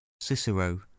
cicero